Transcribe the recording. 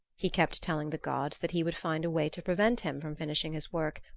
he kept telling the gods that he would find a way to prevent him from finishing his work,